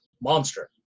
monster